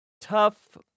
tough